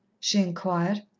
she inquired.